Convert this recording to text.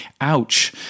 Ouch